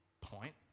point